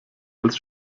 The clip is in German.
als